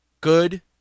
good